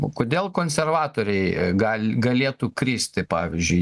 o kodėl konservatoriai gal galėtų kristi pavyzdžiui